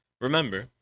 Remember